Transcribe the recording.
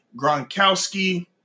Gronkowski